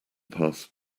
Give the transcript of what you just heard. pass